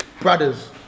Brothers